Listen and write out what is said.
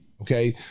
Okay